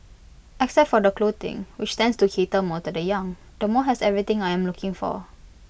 except for the clothing which tends to cater more to the young the mall has everything I am looking for